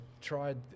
tried